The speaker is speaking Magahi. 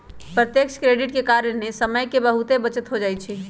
प्रत्यक्ष क्रेडिट के कारण समय के बहुते बचत हो जाइ छइ